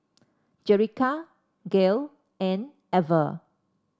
Jerica Gale and Ever